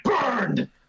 burned